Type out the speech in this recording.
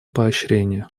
поощрения